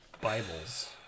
Bibles